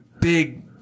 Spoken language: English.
big